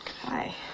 hi